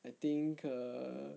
I think uh